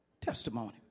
testimony